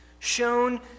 Shown